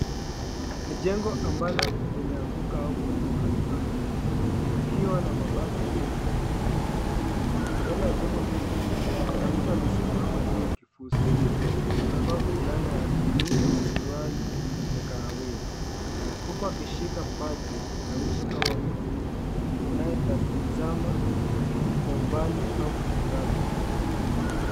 Ni jengo ambalo limeanguka au kubomoka vibaya, likiwa na mabaki mengi ya vipusi. Mbele ya jengo Hilo, Kuna mtu amesimama juu ya kipusi, amevaa Fulana ya blue na suruali ya kahawia, huku akishika paji la uso kama mtu anayetazama kwa umbali au kushangazwa